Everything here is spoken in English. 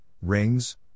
rings